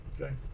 Okay